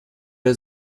der